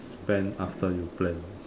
spend after you plan